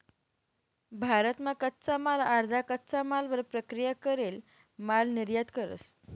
भारत मा कच्चा माल अर्धा कच्चा मालवर प्रक्रिया करेल माल निर्यात करस